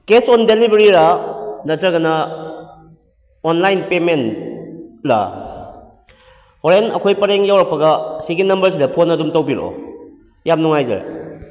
case on ꯗꯦꯂꯤꯕꯔꯤꯔ ꯅꯠꯇ꯭ꯔꯒꯅ online ꯄꯦꯃꯦꯟꯂ ꯍꯣꯔꯦꯟ ꯑꯩꯈꯣꯏ ꯄꯔꯦꯡ ꯌꯧꯔꯛꯄꯒ ꯑꯁꯤꯒꯤ ꯅꯝꯕꯔꯁꯤꯗ ꯐꯣꯟ ꯑꯗꯨꯝ ꯇꯧꯕꯤꯔꯛꯑꯣ ꯌꯥꯝꯅ ꯅꯨꯡꯉꯥꯏꯖꯔꯦ